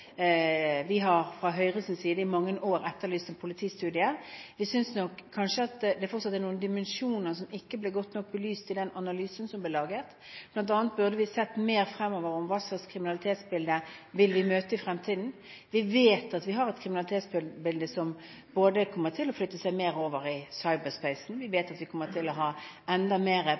etterlyst en politistudie i mange år. Vi synes nok fortsatt det kanskje er noen dimensjoner som ikke ble godt nok belyst i den analysen som ble laget. Vi burde bl.a. sett mer på hva slags kriminalitetsbilde vi vil møte i fremtiden. Vi vet at vi har et kriminalitetsbilde som kommer til å flytte seg mer over i cyberspace. Vi vet at vi kommer til å ha mer